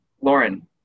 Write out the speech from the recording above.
Lauren